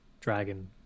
dragon